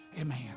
Amen